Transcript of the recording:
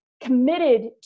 committed